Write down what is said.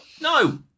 no